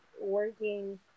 working